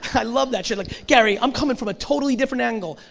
i love that shit, like gary i'm coming from a totally different angle,